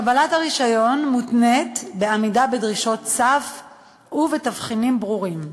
קבלת הרישיון מותנית בעמידה בדרישות סף ובתבחינים ברורים.